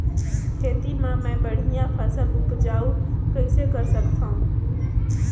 खेती म मै बढ़िया फसल उपजाऊ कइसे कर सकत थव?